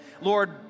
Lord